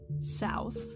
south